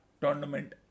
tournament